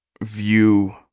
view